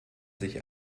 sich